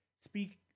speak